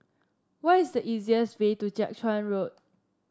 what is the easiest way to Jiak Chuan Road